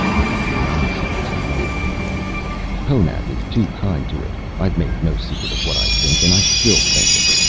it is nonsense, in my opinion honath is too kind to it. i've made no secret of what i think, and i still think it.